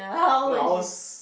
no I was